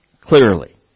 clearly